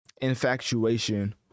infatuation